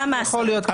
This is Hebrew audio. כמה עשרות.